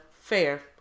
fair